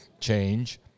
change